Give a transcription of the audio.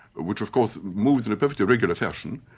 which of course moves in a perfectly regular fashion,